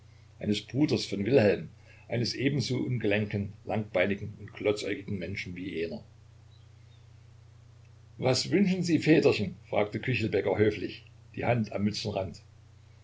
eines bruders von wilhelm eines ebenso ungelenken langbeinigen und glotzäugigen menschen wie jener was wünschen sie väterchen fragte küchelbäcker höflich die hand am